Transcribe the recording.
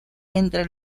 entre